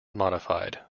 modified